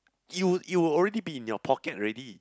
it'll it will already be in your pocket already